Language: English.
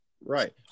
Right